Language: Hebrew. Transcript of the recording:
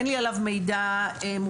אין לי עליו מידע מובנה.